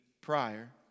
prior